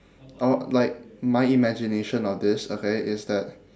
oh like my imagination of this okay is that